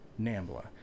NAMBLA